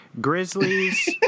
Grizzlies